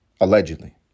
Allegedly